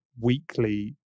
weekly